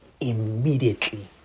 immediately